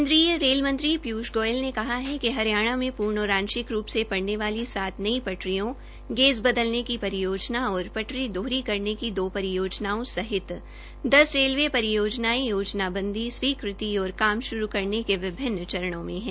केन्द्रीय रेल मंत्री पीयूष गोयल ने कहा है कि हरियाणा में पूर्ण और आशिंक रूप से पढ़ने वाली सात नई पटरियों गेज़ बदलने की परियोजना और पटरी दोहरी करने की तीन परियोजनायें योजनाबंदी स्वीकृति और काम शुरू करने के विभिन्न चरणों में है